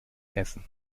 essen